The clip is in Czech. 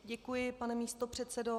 Děkuji, pane místopředsedo.